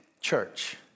church